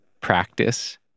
practice